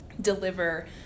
deliver